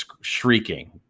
shrieking